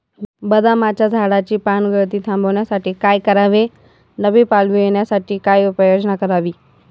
बदामाच्या झाडाची पानगळती थांबवण्यासाठी काय करावे? नवी पालवी येण्यासाठी काय उपाययोजना करावी?